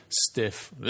stiff